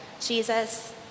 Jesus